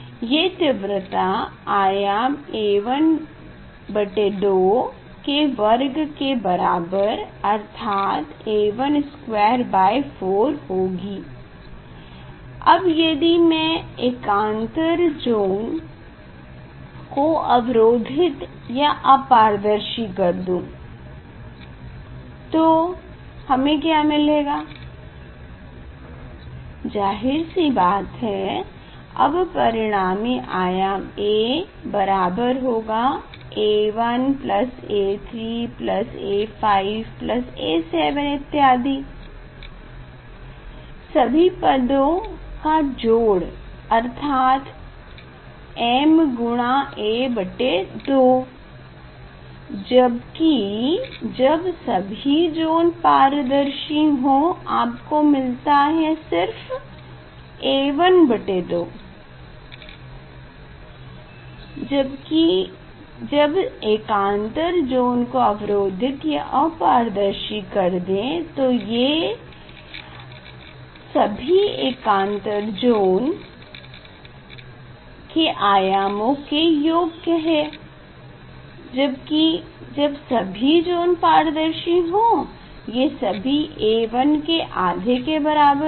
ये तीव्रता आयाम A12 के वर्ग के बराबर अर्थात A124 होगी अब यदि मैं एकांतर ज़ोन को अवरोधित या अपारदर्शी कर दूँ तो हमे क्या मिलेगा जाहिर सी बात है अब परिणामी आयाम A बराबर होगा A1 A3 A5A7 इत्यादि सभी पदों का जोड़ अर्थात mA2 जबकि जब सभी ज़ोन पार्दशी हों आपको मिलता है A12 जबकि जब एकांतर ज़ोन को अवरोधित या अपारदर्शी कर दें तो ये सभी एकान्तर ज़ोन के आयामों के का योग है जबकि जब सभी ज़ोन पारदर्शी हों ये सिर्फ A1 के आधे के बराबर होगा